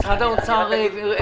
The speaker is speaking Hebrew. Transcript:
משרד האוצר העביר אותו.